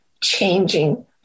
changing